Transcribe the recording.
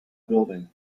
building